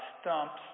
stumps